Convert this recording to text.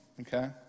okay